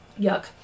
Yuck